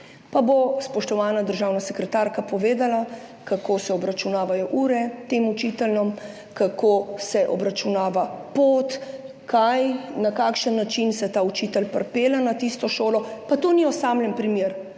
Pa bo spoštovana državna sekretarka povedala, kako se obračunavajo ure tem učiteljem, kako se obračunava pot, kaj, na kakšen način se ta učitelj pripelje na tisto šolo. Pa to ni osamljen primer.